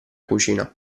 cucina